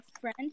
friend